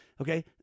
Okay